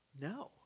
No